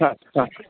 हां हां